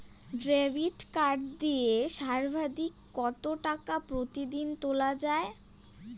Debit card দিয়ে সর্বাধিক কত টাকা প্রতিদিন তোলা য়ায়?